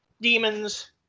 Demons